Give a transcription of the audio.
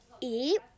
Eat